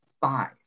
five